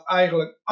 eigenlijk